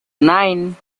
nine